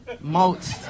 Malt